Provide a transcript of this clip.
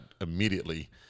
immediately